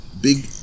big